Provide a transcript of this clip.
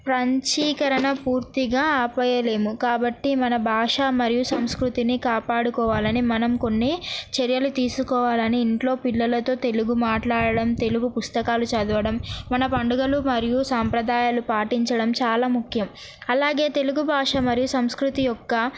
ప్రపంచీకరణ పూర్తిగా ఆపేయలేము కాబట్టి మన భాష మరియు సంస్కృతిని కాపాడుకోవాలని మనం కొన్ని చర్యలు తీసుకోవాలని ఇంట్లో పిల్లలతో తెలుగు మాట్లాడడం తెలుగు పుస్తకాలు చదవడం మన పండుగలు మరియు సాంప్రదాయాలు పాటించడం చాలా ముఖ్యం అలాగే తెలుగు భాష మరియు సంస్కృతి యొక్క